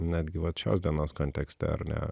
netgi vat šios dienos kontekste ar ne